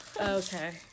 Okay